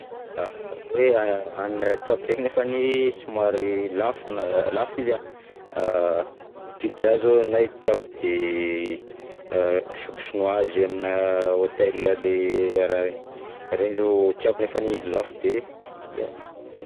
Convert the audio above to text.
Raha hoe hanina tiako ndrekany nefany somary lafo na lafo izy an, pizza zao anahy tiako de a soupe chinoise aminà hotel le araha regny zao tiako nefany lafo de ya zegny.